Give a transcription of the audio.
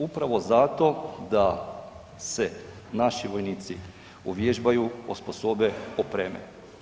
Upravo zato da se naši vojnici uvježbaju, osposobe, opreme.